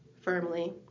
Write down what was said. firmly